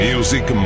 Music